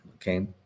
Okay